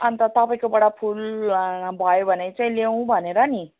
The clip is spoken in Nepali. अन्त तपाईँको बाट फुल भयो भने चाहिँ ल्याऊँ भनेर पनि